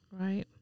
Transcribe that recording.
Right